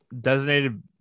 designated